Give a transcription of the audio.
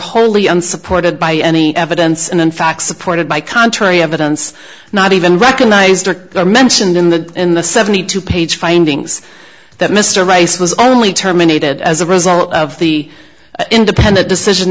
wholly unsupported by any evidence and in fact supported by contrary evidence not even recognized or are mentioned in the in the seventy two page findings that mr rice was only terminated as a result of the independent decision